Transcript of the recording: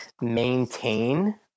maintain